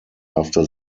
after